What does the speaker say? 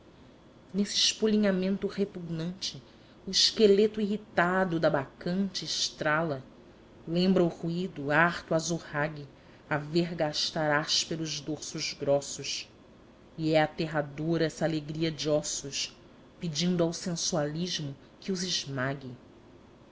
famulenta nesse espolinhamento repugnante o esqueleto irritado da bacante estrala lembra o ruído harto azorrague a vergastar ásperos dorsos grossos e é aterradora essa alegria de ossos pedindo ao sensualismo que os esmague